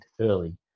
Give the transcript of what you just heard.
early